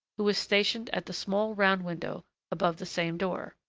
who was stationed at the small round window above the same door